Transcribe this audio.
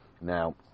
Now